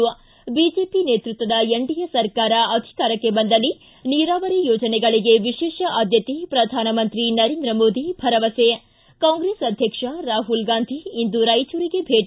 ಿ ಬಿಜೆಪಿ ನೇತೃತ್ವದ ಎನ್ಡಿಎ ಸರ್ಕಾರ ಅಧಿಕಾರಕ್ಕೆ ಬಂದಲ್ಲಿ ನೀರಾವರಿ ಯೋಜನೆಗಳಿಗೆ ವಿಶೇಷ ಆದ್ಯತೆ ಪ್ರಧಾನಮಂತ್ರಿ ನರೇಂದ್ರ ಮೋದಿ ಭರವಸೆ ಿ ಕಾಂಗ್ರೆಸ್ ಅಧ್ಯಕ್ಷ ರಾಹುಲ್ ಗಾಂಧಿ ಇಂದು ರಾಯಚೂರಿಗೆ ಭೇಟ